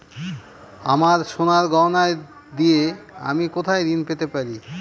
আমার সোনার গয়নার দিয়ে আমি কোথায় ঋণ পেতে পারি?